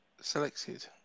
selected